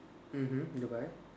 mmhmm Dubai